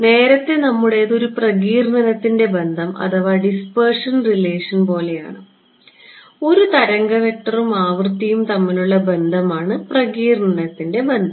നേരത്തെ നമ്മുടേത് ഒരു പ്രകീർണനത്തിൻറെ ബന്ധം പോലെയാണ് ഒരു തരംഗ വെക്റ്ററും ആവൃത്തിയും തമ്മിലുള്ള ബന്ധമാണ് പ്രകീർണനത്തിൻറെ ബന്ധം